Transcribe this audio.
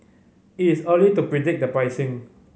it is early to predict the pricing